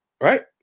right